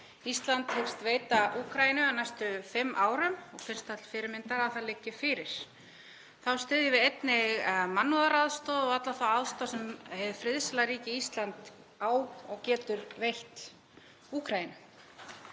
Ísland hyggst veita Úkraínu á næstu fimm árum og finnst til fyrirmyndar að það liggi fyrir. Þá styðjum við einnig mannúðaraðstoð og alla þá aðstoð sem hið friðsæla ríki Ísland getur veitt Úkraínu.